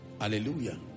Hallelujah